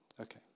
Okay